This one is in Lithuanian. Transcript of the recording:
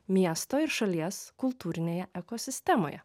miesto ir šalies kultūrinėje ekosistemoje